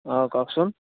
অঁ কওকচোন